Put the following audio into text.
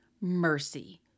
mercy